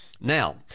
Now